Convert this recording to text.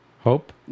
hope